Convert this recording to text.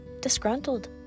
disgruntled